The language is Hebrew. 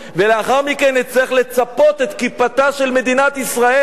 ולאחר מכן נצטרך לצפות את כיפתה של מדינת ישראל,